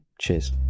Cheers